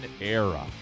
era